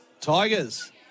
Tigers